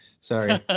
Sorry